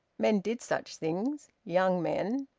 men did such things, young men!